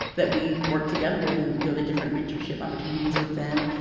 that we work together with, and we go to different mentorship opportunities with them.